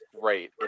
great